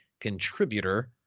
contributor